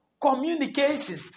Communication